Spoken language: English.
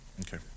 Okay